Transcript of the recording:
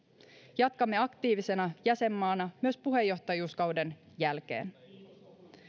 jatkamme aktiivisena jäsenmaana myös puheenjohtajuuskauden jälkeen